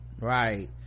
right